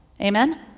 Amen